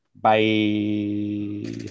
Bye